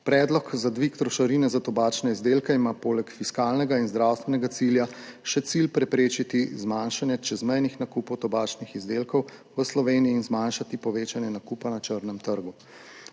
Predlog za dvig trošarine za tobačne izdelke ima poleg fiskalnega in zdravstvenega cilja še cilj preprečiti zmanjšanje čezmejnih nakupov tobačnih izdelkov v Sloveniji in zmanjšati povečanje nakupa na črnem trgu.